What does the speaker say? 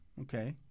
okay